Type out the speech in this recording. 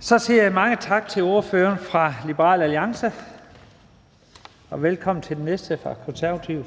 Så siger jeg mange tak til ordføreren for Liberal Alliance og velkommen til den næste ordfører, som